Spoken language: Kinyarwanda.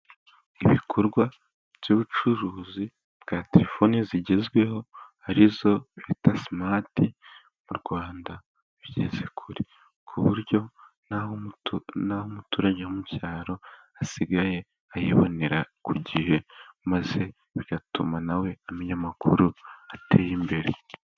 Ibikorwa by'ubucuruzi bwa terefoni zigezweho arizo bita simati mu Rwanda bigeze kure. Ku buryo n'aho umuturage wo mucyaro asigaye ayibonera ku gihe, maze bigatuma na we menya amakuru ateye imbere.